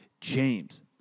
James